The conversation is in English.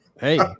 Hey